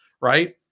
right